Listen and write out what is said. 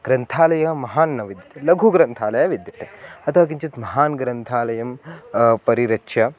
ग्रन्थालयः महान् न विद्यते लघुग्रन्थालयः विद्यते अतः किञ्चित् महान् ग्रन्थालयं परिरक्ष्य